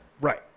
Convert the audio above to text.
Right